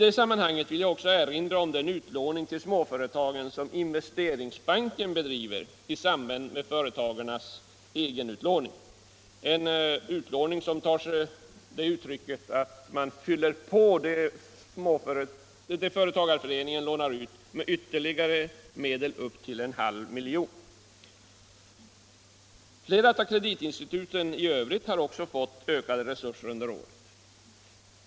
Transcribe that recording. I det sammanhanget vill jag också erinra om den utlåning till småföretagen som Investeringsbanken bedriver i samband med företagareföreningarnas egenutlåning - en utlåning som tar sig uttryck i att man fyller på det företagareföreningarna lånar ut med ytterligare medel upp till 0,5 milj.kr. Flera av kreditinstituten i övrigt har också fått ökade resurser under året.